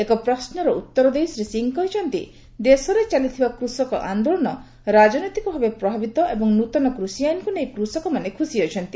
ଏକ ପ୍ରଶ୍ୱର ଉତ୍ତର ଦେଇ ଶ୍ରୀ ସିଂହ କହିଛନ୍ତି ଦେଶରେ ଚାଲିଥିବା କୃଷକ ଆନ୍ଦୋଳନ ରାଜନୈତିକ ଭାବେ ପ୍ରଭାବିତ ଏବଂ ନୂତନ କୃଷି ଆଇନକୁ ନେଇ କୃଷକମାନେ ଖୁସି ଅଛନ୍ତି